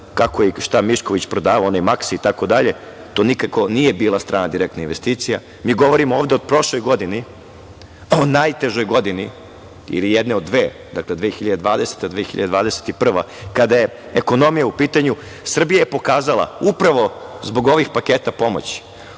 kako je i šta je Mišković prodavao onaj „Maksi“ itd, to nikako nije bila strana direktna investicija. Mi govorimo ovde o prošloj godini, o najtežoj godini, ili jednoj od dve, dakle 2020, 2021. godina kada je ekonomija u pitanju Srbija je pokazala upravo zbog ovih paketa pomoći,